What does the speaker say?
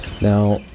Now